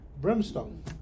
brimstone